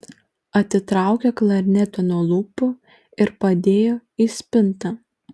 atitraukė klarnetą nuo lūpų ir padėjo į spintą